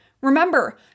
Remember